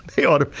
they ought,